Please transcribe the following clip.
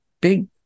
big